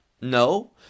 no